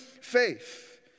faith